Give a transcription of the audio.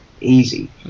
easy